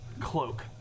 cloak